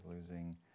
Losing